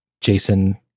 Jason